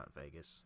Vegas